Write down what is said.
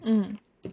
mm